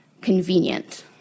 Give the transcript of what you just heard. convenient